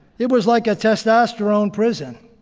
it was like a testosterone prison.